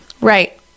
Right